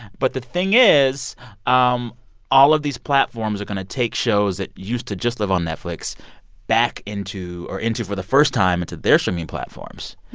but the thing is um all of these platforms are going to take shows that used to just live on netflix back into or into for the first time into their streaming platforms.